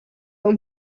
und